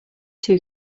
two